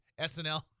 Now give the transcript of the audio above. SNL